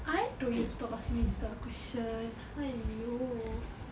I told you stop asking me this type of question !aiyo!